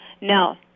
no